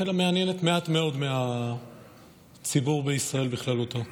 אלא מעניין מעט מאוד מהציבור בישראל בכללותו,